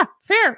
fair